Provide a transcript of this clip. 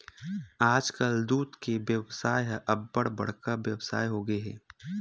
आजकाल दूद के बेवसाय ह अब्बड़ बड़का बेवसाय होगे हे